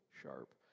sharp